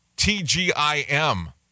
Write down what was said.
T-G-I-M